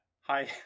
Hi